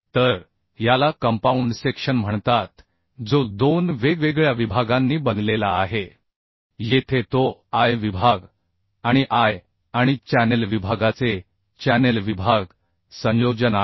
तर याला compound section म्हणतात जो दोन वेगवेगळ्या विभागांनी बनलेला आहे येथे तो I विभाग आणि I आणि चॅनेल विभागाचे चॅनेल विभाग संयोजन आहे